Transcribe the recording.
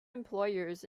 employers